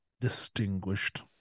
distinguished